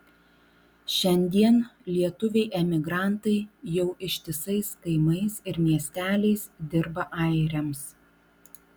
šiandien lietuviai emigrantai jau ištisais kaimais ir miesteliais dirba airiams